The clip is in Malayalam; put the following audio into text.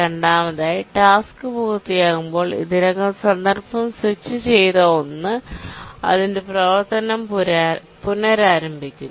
രണ്ടാമതായി ടാസ്ക് പൂർത്തിയാകുമ്പോൾ ഇതിനകം കോണ്ടെസ്റ് സ്വിച്ച് ചെയ്ത ഒന്ന് അതിന്റെ പ്രവർത്തനം പുനരാരംഭിക്കുന്നു